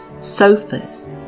sofas